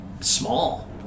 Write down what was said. small